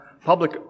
public